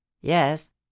Yes